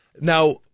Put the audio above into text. Now